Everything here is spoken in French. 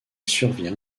survient